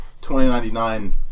2099